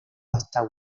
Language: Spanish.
hasta